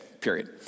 period